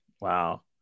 Wow